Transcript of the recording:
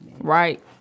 right